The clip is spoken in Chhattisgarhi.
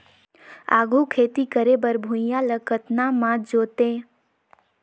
आघु खेती करे बर भुइयां ल कतना म जोतेयं?